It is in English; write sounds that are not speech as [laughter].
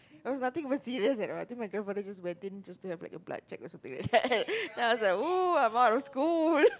there was nothing even serious eh I think my grandfather just went in to have a blood check or something like that [laughs] then I was like !woo! I'm out of school